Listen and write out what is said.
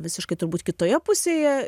visiškai turbūt kitoje pusėje